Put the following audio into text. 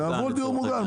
שיעברו לדיור מוגן.